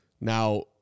Now